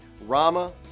Rama